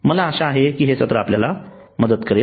मला आशा आहे की हे सत्र आपल्याला मदत करेल